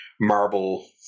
marble